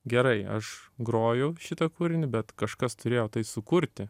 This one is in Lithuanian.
gerai aš groju šitą kūrinį bet kažkas turėjo tai sukurti